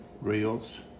Reels